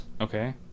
Okay